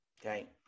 okay